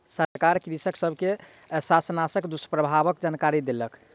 सरकार कृषक सब के शाकनाशक दुष्प्रभावक जानकरी देलक